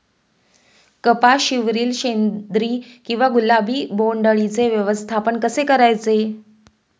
कपाशिवरील शेंदरी किंवा गुलाबी बोंडअळीचे व्यवस्थापन कसे करायचे?